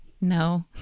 No